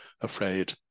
afraid